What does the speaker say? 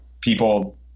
people